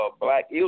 black